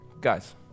guys